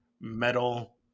metal